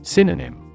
Synonym